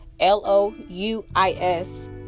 l-o-u-i-s